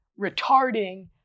retarding